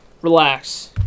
Relax